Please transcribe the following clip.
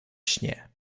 śnie